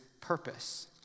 purpose